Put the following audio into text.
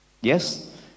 Yes